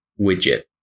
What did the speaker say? widget